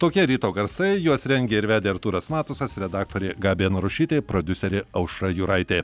tokie ryto garsai juos rengė ir vedė artūras matusas redaktorė gabija narušytė prodiuserė aušra juraitė